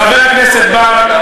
חבר הכנסת בר,